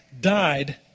died